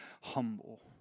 humble